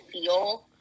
feel